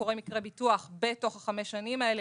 אם קורה מקרה ביטוח בתוך חמש השנים האלה,